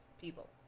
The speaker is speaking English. people